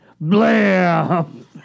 Blam